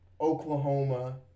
Oklahoma